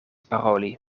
paroli